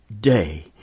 day